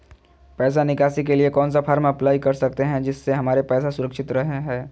पैसा निकासी के लिए कौन सा फॉर्म अप्लाई कर सकते हैं जिससे हमारे पैसा सुरक्षित रहे हैं?